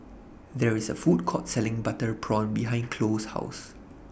There IS A Food Court Selling Butter Prawn behind Chloe's House